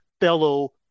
fellow